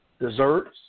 desserts